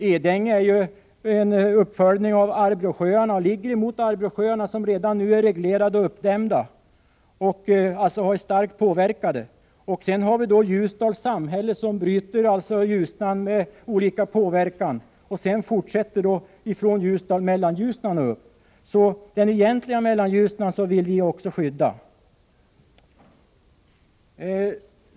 Edänge är ju en uppföljning av Arbråsjöarna och ligger mot Arbråsjöarna, som redan nu är reglerade och uppdämda, och alltså starkt påverkade. Ljusdals samhälle bryter alltså Ljusnans lopp med olika påverkan. Sedan fortsätter Ljusnan från Ljusdal Mellanljusnan upp. Så den egentliga Mellanljusnan vill vi skydda.